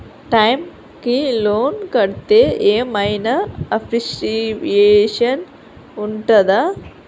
Time కి loan కడ్తే ఏం ఐనా అప్రిషియేషన్ ఉంటదా?